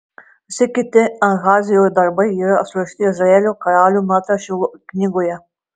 visi kiti ahazijo darbai yra surašyti izraelio karalių metraščių knygoje